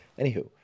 Anywho